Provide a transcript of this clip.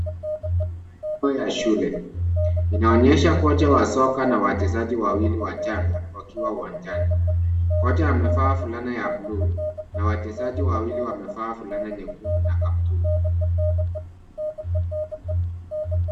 Hii ni maeneo ya shule. Inaonyesha kocha wa soka na wachezaji wawili wachanga wakiwa uwanjani. Kocha amevaa fulana ya buluu na wachezaji wawili wamevaa fulana nyekundu na kaptura.